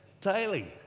Daily